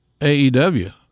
AEW